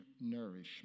nourishment